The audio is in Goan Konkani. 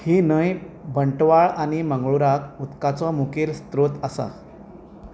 ही न्हंय बंटवाळ आनी मंगळूराक उदकाचो मुखेल स्त्रोत आसा